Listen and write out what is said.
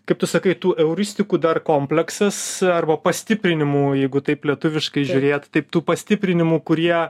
kaip tu sakai tų euristikų dar kompleksas arba pastiprinimų jeigu taip lietuviškai žiūrėt taip tų pastiprinimų kurie